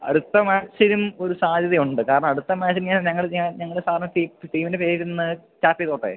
അടുത്ത മാച്ചിലും ഒരു സാധ്യതയുണ്ട് കാരണം അടുത്ത മാച്ചിന് ഞാൻ ഞങ്ങൾ ഞാൻ ഞങ്ങൾ സാറിനെ ടീമിൻ്റെ പേരിൽ നിന്ന് സ്റ്റാർട്ട് ചെയ്തോട്ടെ